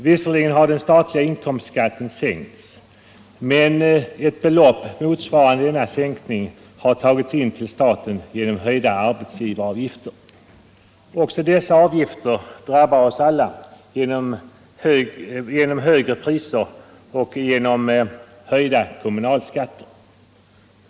Visserligen har den statliga inkomstskatten sänkts, men ett belopp motsvarande denna sänkning har tagits in till staten genom höjda arbetsgivaravgifter. Också dessa avgifter drabbar oss alla genom högre priser och genom höjda kommunalskatter.